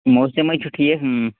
موسِم ہَے چھُ ٹھیٖک